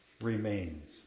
remains